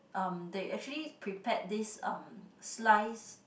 um they actually prepared this slice